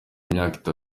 imyaka